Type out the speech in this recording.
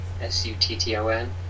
S-U-T-T-O-N